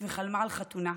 וחלמה על חתונה.